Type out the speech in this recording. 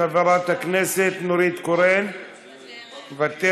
חברת הכנסת נורית קורן מוותרת,